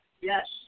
Yes